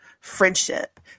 friendship